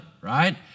right